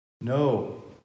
No